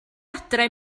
adre